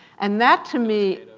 and that, to me